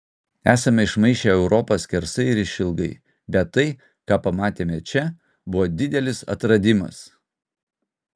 esame išmaišę europą skersai ir išilgai bet tai ką pamatėme čia buvo didelis atradimas